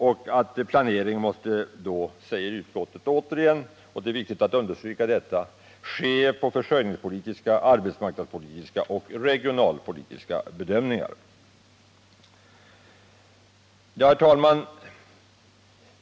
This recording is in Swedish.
Sedan säger utskottet återigen — det är viktigt att understryka detta: ”En planering med detta mål bör, som riksdagen redan uttalat, grundas på försörjningspolitiska, arbetsmarknadspolitiska och regionalpolitiska bedömningar.” Herr talman!